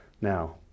Now